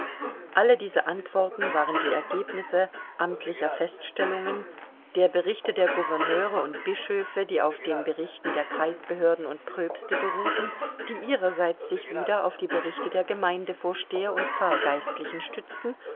alle diese antworten waren die ergebnisse amtlicher feststellungen der berichte der gouverneure und bischöfe die auf den berichten der kreisbehörden und pröpste beruhten die ihrerseits sich wieder auf die berichte der gemeindevorsteher und pfarrgeistlichen stützten